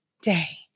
day